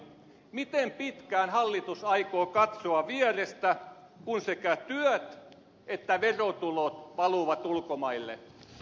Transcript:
miten pitkään hallitus aikoo katsoa vierestä kun sekä työt että verotulot valuvat ulkomaille